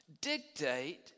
dictate